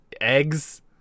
Eggs